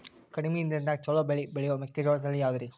ಕಡಮಿ ನೇರಿನ್ಯಾಗಾ ಛಲೋ ಬೆಳಿ ಬೆಳಿಯೋ ಮೆಕ್ಕಿಜೋಳ ತಳಿ ಯಾವುದ್ರೇ?